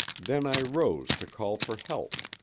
then i rose to call for help.